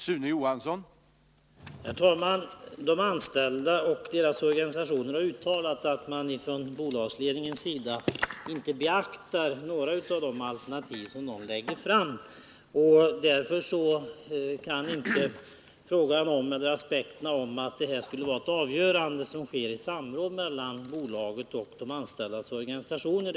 Herr talman! De anställda och deras organisationer har uttalat att man från bolagsledningens sida inte beaktar några av de alternativ som de lägger fram. Därför kan inte den aspekten anläggas, att detta skulle vara en fråga som avgörs i samråd mellan bolaget och de anställdas organisationer.